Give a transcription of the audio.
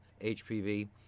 HPV